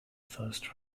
first